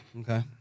Okay